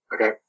Okay